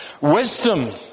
wisdom